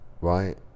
right